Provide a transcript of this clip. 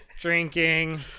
drinking